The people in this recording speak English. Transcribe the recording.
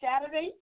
Saturday